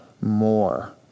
more